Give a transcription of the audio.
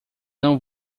não